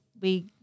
we-